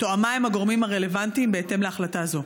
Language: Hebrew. תואמה עם הגורמים הרלוונטיים בהתאם להחלטה זו?